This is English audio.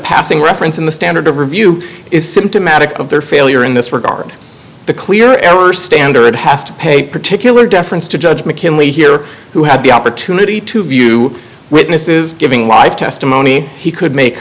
passing reference in the standard of review is symptomatic of their failure in this regard the clear error standard has to pay particular deference to judge mckinley here who had the opportunity to view witnesses giving live testimony he could make